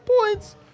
points